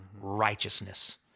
righteousness